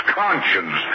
conscience